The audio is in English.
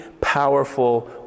powerful